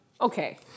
Okay